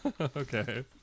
Okay